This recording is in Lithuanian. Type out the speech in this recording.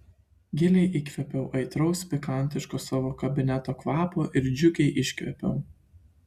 giliai įkvėpiau aitraus pikantiško savo kabineto kvapo ir džiugiai iškvėpiau